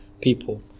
people